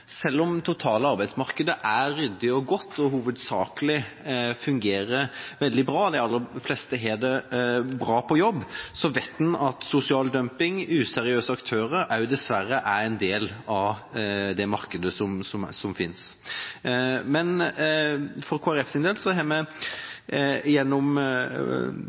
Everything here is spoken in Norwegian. det totale arbeidsmarkedet er ryddig og godt og hovedsakelig fungerer veldig bra – de aller fleste har det bra på jobb – vet man at sosial dumping og useriøse aktører dessverre også er en del av det markedet.